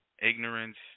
ignorance